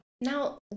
Now